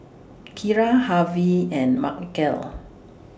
Kira Harvie and Markell